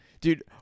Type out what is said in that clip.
Dude